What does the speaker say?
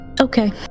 okay